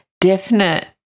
definite